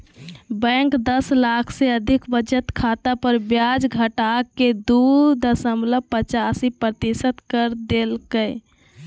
bank दस लाख से अधिक बचत खाता पर ब्याज घटाके दू दशमलब पचासी प्रतिशत कर देल कय